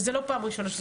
וזה לא פעם ראשונה.